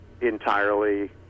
entirely